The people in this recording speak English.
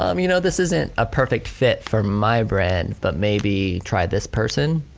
um you know this isn't a perfect fit for my brand but maybe try this person?